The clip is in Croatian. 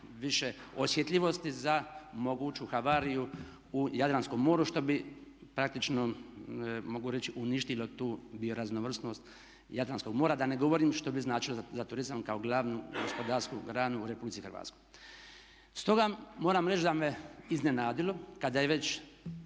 više osjetljivosti za moguću havariju u Jadranskom moru što bi praktično mogu reći uništilo tu bioraznovrsnost Jadranskog mora, da ne govorim što bi značilo za turizam kao glavnu gospodarsku granu u RH. Stoga, moram reći da me iznenadilo kada je već